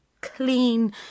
clean